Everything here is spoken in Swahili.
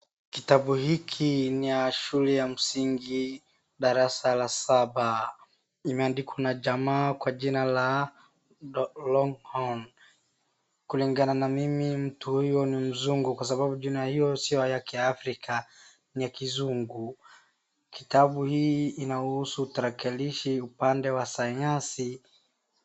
Kitabu hiki ni ya shule ya msingi darasa la saba, imeandikwa na jamaa kwa jina la Longhorn, kulingana na mimi mtu huyu ni mzungu kwa sababu jina hiyo si ya kiafrika, ni ya kizungu. Kitabu hii inahusu tarakilishi upande wa sayansi.